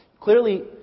Clearly